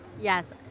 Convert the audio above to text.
Yes